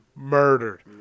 Murdered